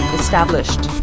established